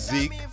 Zeke